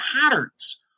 patterns